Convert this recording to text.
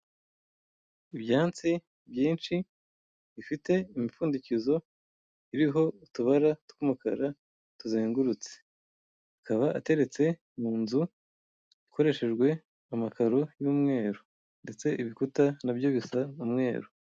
Ibyansi byinshi bifite imipfundikizo iriho utubara tw'umukara tuzengurutse, akaba ateretse mu nzu ikoreshejwe amakaro y'umweru ndetse ibikuta nabyo bisa umweru.